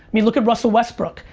mean, look at russell westbrook.